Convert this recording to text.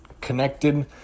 connected